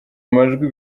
amajwi